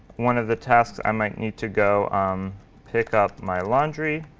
one of the tasks i might need to go pick up my laundry.